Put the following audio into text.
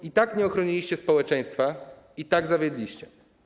I tak nie ochroniliście społeczeństwa, i tak zawiedliście.